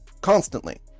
Constantly